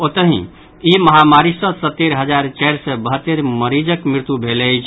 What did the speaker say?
ओतहि ई महामारी सँ सत्तरि हजार चारि सय बहत्तरि मरीजक मृत्यु भेल अछि